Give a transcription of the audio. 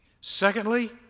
Secondly